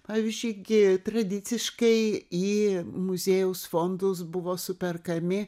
pavyzdžiui gi tradiciškai į muziejaus fondus buvo superkami